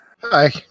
Hi